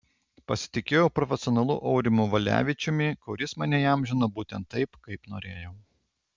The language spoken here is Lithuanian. pasitikėjau profesionalu aurimu valevičiumi kuris mane įamžino būtent taip kaip norėjau